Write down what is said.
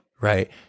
right